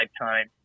time